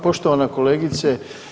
Poštovana kolegice.